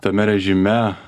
tame režime